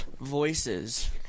voices